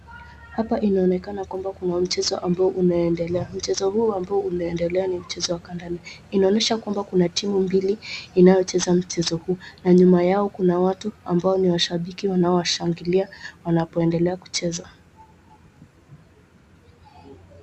Hapa inaonekana kwamba kuna mchezo ambao inaendelea. Mchezo huo ambao unaendelea ni mchezo wa kandanda inaonyesha kuwa kuna timu mbili inayocheza mchezo huu na nyuma yao kuna watu ambao ni washabiki wanaoshangilia wanapoendelea kucheza.